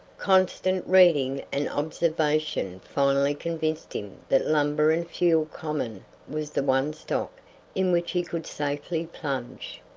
constant reading and observation finally convinced him that lumber and fuel common was the one stock in which he could safely plunge.